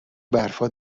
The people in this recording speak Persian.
برفا